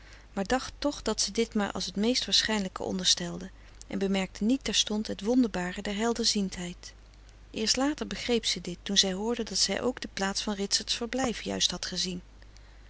maar dacht toch dat ze dit maar als t meest waarschijnlijke onderstelde en bemerkte niet terstond het wonderbare der helderziendheid eerst later begreep ze dit toen zij hoorde dat zij ook de plaats van ritsert's verblijf juist had gezien